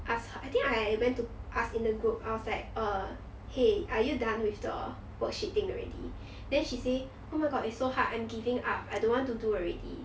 ask he~ I think I went to ask in the group I was like err !hey! are you done with the worksheet thing already then she say oh my god it's so hard I am giving up I don't want to do already